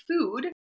food